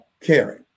caring